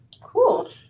Cool